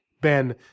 Ben